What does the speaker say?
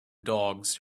dogs